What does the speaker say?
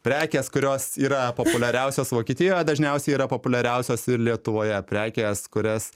prekės kurios yra populiariausios vokietijoje dažniausiai yra populiariausios ir lietuvoje prekės kurias